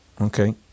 okay